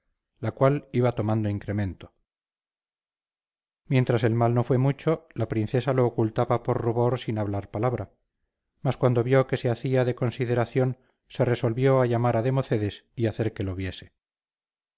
la cual iba tomando incremento mientras el mal no fue mucho la princesa lo ocultaba por rubor sin hablar palabra mas cuando vio que se hacía de consideración se resolvió llamar a democedes y hacer que lo viese